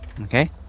Okay